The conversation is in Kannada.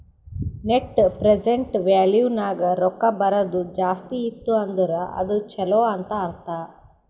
ನೆಟ್ ಪ್ರೆಸೆಂಟ್ ವ್ಯಾಲೂ ನಾಗ್ ರೊಕ್ಕಾ ಬರದು ಜಾಸ್ತಿ ಇತ್ತು ಅಂದುರ್ ಅದು ಛಲೋ ಅಂತ್ ಅರ್ಥ